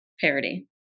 parody